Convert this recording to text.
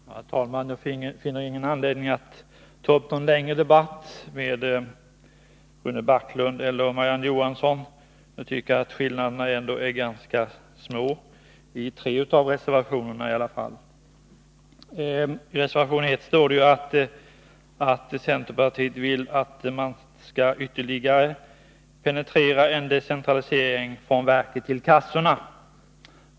ringskassorna, Herr talman! Jag finner ingen anledning att ta upp en längre debatt med — m.m. Rune Backlund eller Marie-Ann Johansson. Skillnaderna mellan utskottsmajoriteten och i varje fall tre av reservationerna tycker jag är ganska små. I reservation 1 vill centerpartiet att man ytterligare skall penetrera en decentralisering av ärenden från verket till kassorna.